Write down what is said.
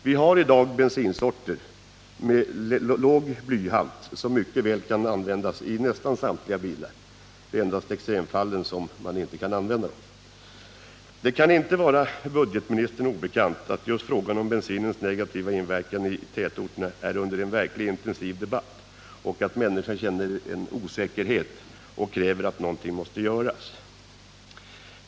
Vi har i dag bensinsorter med låg blyhalt som mycket väl kan användas i nästan samtliga bilar. Det är endast i extremfall som man inte kan använda dessa bensinsorter. Det kan inte vara budgetministern obekant att just frågan om bensinens negativa inverkan i tätorterna är under verkligt intensiv debatt och att människor känner osäkerhet och kräver att något skall göras.